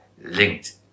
linked